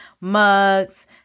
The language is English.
mugs